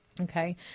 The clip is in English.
Okay